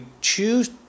choose